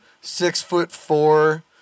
six-foot-four